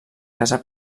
casa